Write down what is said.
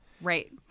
right